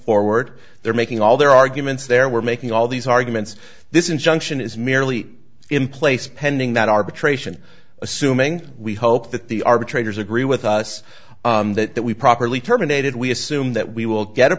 forward they're making all their arguments there were making all these arguments this injunction is merely in place pending that arbitration assuming we hope that the arbitrators agree with us that we properly terminated we assume that we will get a